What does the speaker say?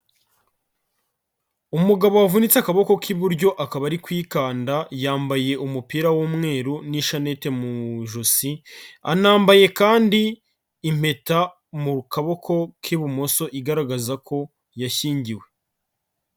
Umugabo wavunitse akaboko k'iburyo akaba ari kwikanda, yambaye umupira w'umweru n'ishanete mu ijosi, anambaye kandi impeta mu kaboko k'ibumoso igaragaza ko yashyingiwe.